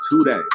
today